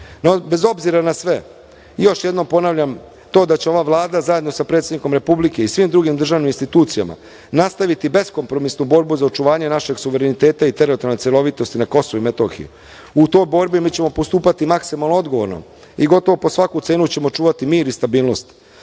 obzira na sve, još jednom ponavljam to da će ova Vlada zajedno sa predsednikom Republike i svim drugim državnim institucijama nastaviti beskompromisnu borbu za očuvanje našeg suvereniteta i teritorijalne celovitosti na KiM. U toj borbi mi ćemo postupati maksimalno odgovorno i gotovo po svaku cenu ćemo čuvati mir i stabilnost,